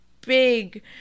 big